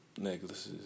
necklaces